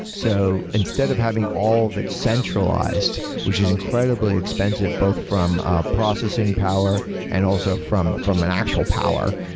so instead of having all that's centralized, which is incredibly expensive both from a processing power and also from from an actual power.